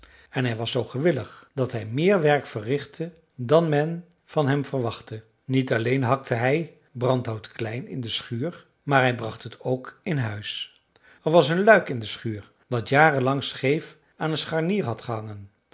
en hij was zoo gewillig dat hij meer werk verrichtte dan men van hem verwachtte niet alleen hakte hij brandhout klein in de schuur maar hij bracht het ook in huis er was een luik in de schuur dat jaren lang scheef aan een scharnier had gehangen